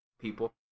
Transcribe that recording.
people